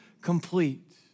complete